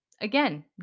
Again